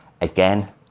Again